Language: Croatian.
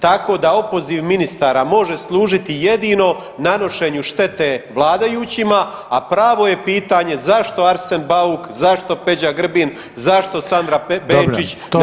Tako da opoziv ministara može služiti jedino nanošenju štete vladajućima, a pravo je pitanje zašto Arsen Bauk, zašto Peđa Grbin, zašto Sandra Benčić,